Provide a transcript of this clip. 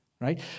right